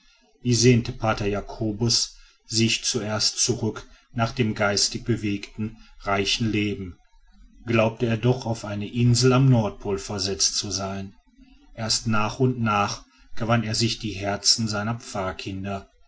sehnte pater jacobus sich zuerst zurück nach dem geistig bewegten reichen leben glaubte er doch auf eine insel am nordpol versetzt zu sein erst nach und nach gewann er sich die herzen seiner pfarrkinder